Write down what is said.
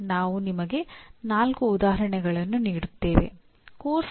ನಾವು ನಿಮಗೆ ನಾಲ್ಕು ಉದಾಹರಣೆಗಳನ್ನು ನೀಡುತ್ತೇವೆ